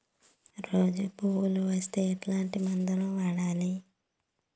రోజా పువ్వులు వస్తే ఎట్లాంటి మందులు వాడాలి?